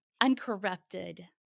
uncorrupted